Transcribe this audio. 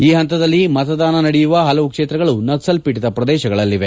ಈ ಹಂತದಲ್ಲಿ ಮತದಾನ ನಡೆಯುವ ಹಲವು ಕ್ಷೇತ್ರಗಳು ನಕ್ಸಲ್ ಪೀಡಿತ ಪ್ರದೇಶಗಳಲ್ಲಿವೆ